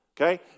okay